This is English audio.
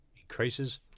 increases